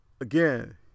again